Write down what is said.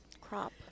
crop